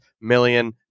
million